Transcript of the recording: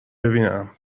ببینم